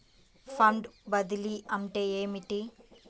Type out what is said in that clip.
Fund బదిలీ అంటే ఏమిటి?